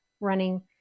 running